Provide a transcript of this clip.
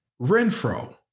Renfro